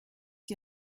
die